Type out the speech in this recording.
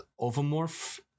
ovomorph